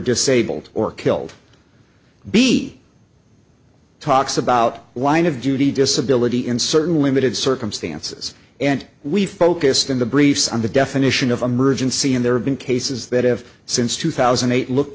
disabled or killed b talks about line of duty disability in certain limited circumstances and we focused in the briefs on the definition of emergency and there have been cases that have since two thousand and eight looked